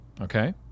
Okay